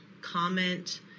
comment